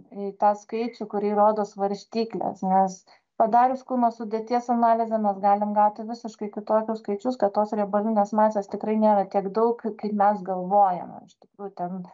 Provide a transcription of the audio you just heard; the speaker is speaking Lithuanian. į tą skaičių kurį rodo svarstyklės nes padarius kūno sudėties analizę mes galim gauti visiškai kitokius skaičius kad tos riebalinės masės tikrai nėra tiek daug kaip mes galvojame iš tikrųjų ten